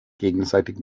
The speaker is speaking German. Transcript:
gegenseitig